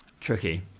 Tricky